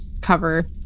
cover